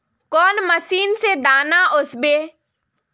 कौन मशीन से दाना ओसबे?